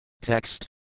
Text